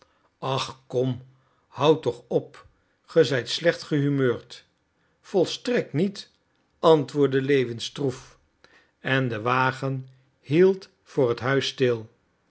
ach kom houd toch op ge zijt slecht gehumeurd volstrekt niet antwoordde lewin stroef en de wagen hield voor het huis stil